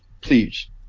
please